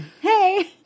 hey